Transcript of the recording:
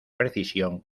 precisión